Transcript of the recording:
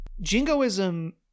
Jingoism